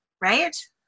Right